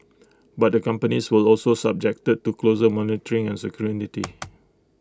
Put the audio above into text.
but the companies will also subjected to closer monitoring and scrutiny